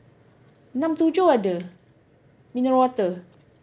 enam tujuh ada mineral water